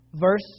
Verse